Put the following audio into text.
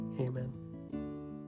Amen